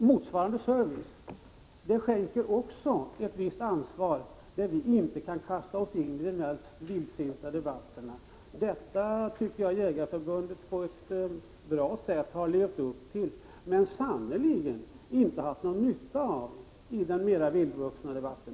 Detta innebär också ett visst ansvar och gör det omöjligt för oss att kasta oss in i de här vildsinta debatterna. Jag tycker att Svenska jägareförbundet klarat detta bra, men har sannerligen inte haft någon nytta av det i den mera vildvuxna debatten.